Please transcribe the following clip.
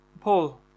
Paul